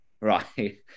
right